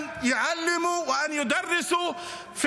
לא רק באקדמיה ברשות הפלסטינית,